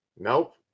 Nope